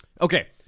Okay